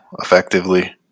effectively